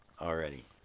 already